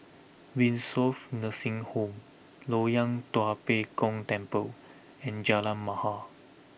Windsor Nursing Home Loyang Tua Pek Kong Temple and Jalan Mahir